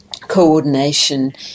coordination